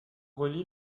relie